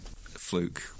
fluke